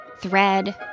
thread